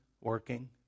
working